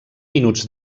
minuts